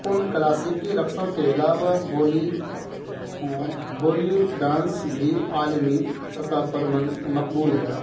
ان کلاسیکی رقصوں کے علاوہ بولی بولی ڈانس بھی عالمی سطح پر مقبول ہے